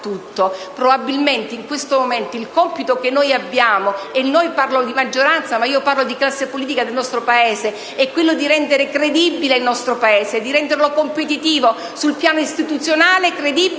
no a tutto. Probabilmente in questo momento il compito che noi abbiamo (non mi riferisco solo alla maggioranza, ma alla classe politica del nostro Paese) è quello di rendere credibile il nostro Paese, di renderlo competitivo sul piano istituzionale, credibile